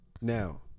now